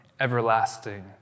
everlasting